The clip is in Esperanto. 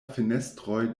fenestroj